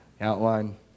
outline